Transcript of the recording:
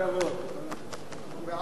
מי נגד?